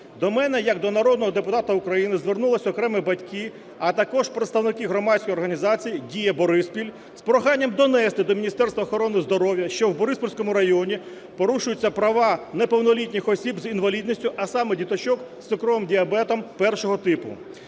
До мене як до народного депутата України звернулись окремі батьки, а також представники Громадської організації "Діа-Бориспіль" з проханням донести до Міністерства охорони здоров'я, що в Бориспільському районі порушуються права неповнолітніх осіб з інвалідністю, а саме діточок з цукровим діабетом першого типу.